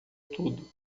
tudo